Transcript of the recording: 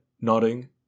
nodding